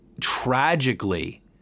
tragically